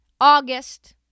August